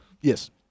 Yes